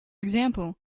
example